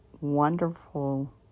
wonderful